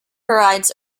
provides